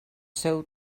seu